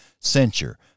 censure